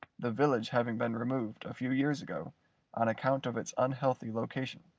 the village having been removed a few years ago on account of its unhealthy location.